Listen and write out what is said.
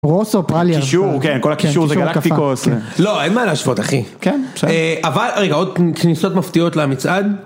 רוסו פרליארס, כל הקישור זה גלקטיקוס, לא אין מה להשוות אחי, אבל רגע עוד כניסות מפתיעות למצעד.